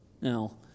Now